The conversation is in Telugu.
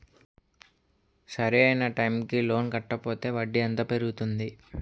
సరి అయినా టైం కి లోన్ కట్టకపోతే వడ్డీ ఎంత పెరుగుతుంది?